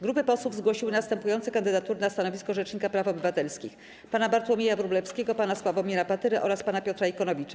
Grupy posłów zgłosiły następujące kandydatury na stanowisko rzecznika praw obywatelskich: pana Bartłomieja Wróblewskiego, pana Sławomira Patyrę oraz pana Piotra Ikonowicza.